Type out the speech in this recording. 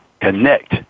connect